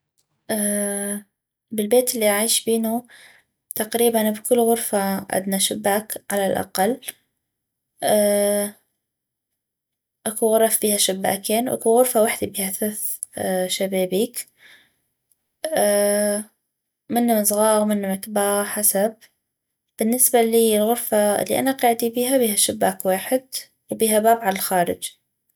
بالبيت الي اعيش بينو تقريبا بكل غرفة عدنا شباك على الاقل اكو غرف بيها شباكين اكو غرفة وحدي بيها ثث شبيبيك منم زغاغ منم كباغ حسب بالنسبة الي الغرفة الي انا قيعدي بيها بيها شباك ويحد وبيها باب عل خارج